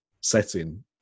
setting